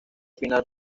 final